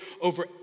over